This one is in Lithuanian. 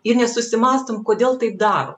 ir nesusimąstom kodėl taip darom